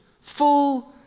full